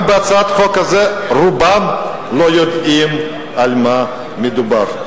גם בהצעת החוק הזו, רובם לא יודעים על מה מדובר.